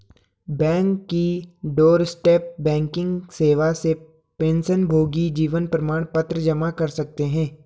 bank की doorstep banking सेवा से पेंशनभोगी जीवन प्रमाण पत्र जमा कर सकते हैं